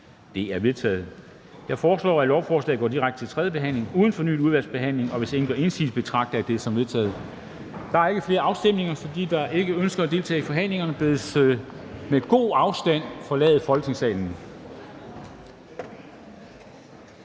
De er vedtaget. Jeg foreslår, at lovforslagene går direkte til tredje behandling uden fornyet udvalgsbehandling. Hvis ingen gør indsigelse, betragter jeg dette som vedtaget. Det er vedtaget. Der er ikke flere afstemninger, så de, der ikke ønsker at deltage i forhandlingerne, bedes med god afstand forlade Folketingssalen.